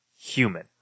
human